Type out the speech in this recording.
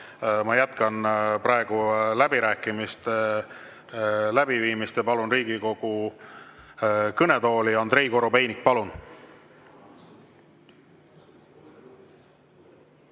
ma jätkan praegu läbirääkimiste läbiviimist. Palun Riigikogu kõnetooli Andrei Korobeiniku. Palun!